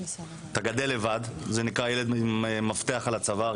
אתה גדל לבד זה נקרא ילד עם מפתח על הצוואר,